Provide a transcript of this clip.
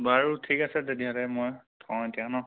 বাৰু ঠিক আছে তেতিয়াহ'লে মই থওঁ এতিয়া ন